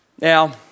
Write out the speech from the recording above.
Now